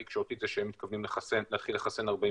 לחסן.